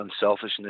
unselfishness